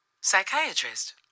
psychiatrist